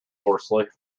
hoarsely